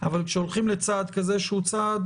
אבל כשהולכים לצעד כזה שהוא צעד,